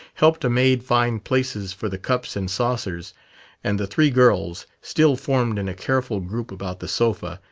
helped a maid find places for the cups and saucers and the three girls, still formed in a careful group about the sofa,